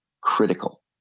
critical